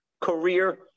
career